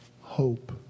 Hope